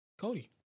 Cody